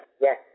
Yes